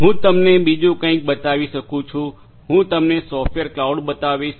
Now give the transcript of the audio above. હું તમને બીજું કંઈક બતાવી શકું છું હું તમને સોફ્ટવેર ક્લાઉડ બતાવીશ